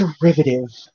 derivative